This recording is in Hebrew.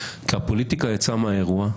כי הפוליטיקה יצאה מהאירוע,